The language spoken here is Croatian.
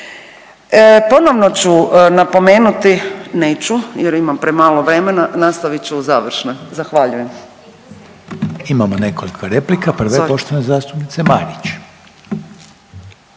Ponovno ću napomenuti, neću jer imam premalo vremena, nastavit ću u završnoj. Zahvaljujem. **Reiner, Željko (HDZ)** Imamo nekoliko replika, prava je poštovane zastupnice Marić.